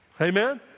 Amen